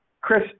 Chris